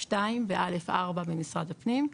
א.2 ו-א.4 ממשרד הפנים,